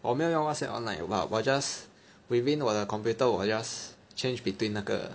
我没有用 Whatsapp online but 我 just within 我的 computer 我 just change between 那个